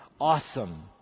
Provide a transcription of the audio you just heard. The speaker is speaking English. awesome